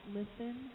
listen